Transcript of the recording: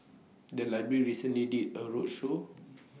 The Library recently did A roadshow